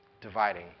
dividing